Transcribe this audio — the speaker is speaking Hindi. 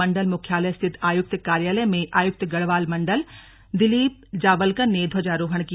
मंडल मुख्यालय स्थित आयुक्त कार्यालय में आयुक्त गढ़वाल मण्डल दिलीप जावलकर ने ध्वजारोहण किया